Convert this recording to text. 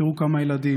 תראו כמה ילדים,